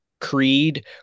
Creed